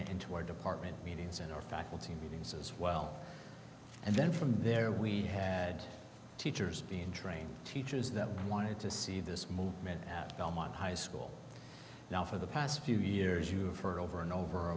it into our department meetings in our faculty meetings as well and then from there we had teachers being trained teachers that wanted to see this movement at belmont high school now for the past few years you refer over and over